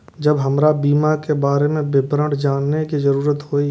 जब हमरा बीमा के बारे में विवरण जाने के जरूरत हुए?